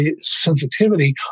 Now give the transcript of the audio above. sensitivity